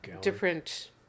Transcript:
different